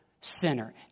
sinner